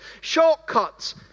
shortcuts